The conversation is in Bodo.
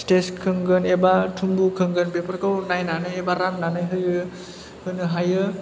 स्थेज सोंगोन एबा थुमबु सोंगोन बेफोरखौ नायनानै एबा राननानै होयो होनो हायो